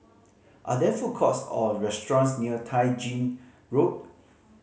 are there food courts or restaurants near Tai Gin Road